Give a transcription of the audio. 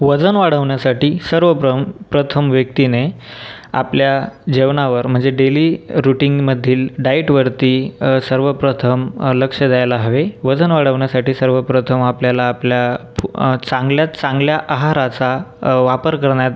वजन वाढवण्यासाठी सर्वप्रम प्रथम व्यक्तीने आपल्या जेवणावर म्हणजे डेली रूटींगमधील डाएटवरती सर्वप्रथम लक्ष द्यायला हवे वजन वाढवण्यासाठी सर्वप्रथम आपल्याला आपल्या चांगल्यात चांगला आहाराचा वापर करण्यात